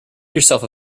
yourself